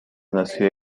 nació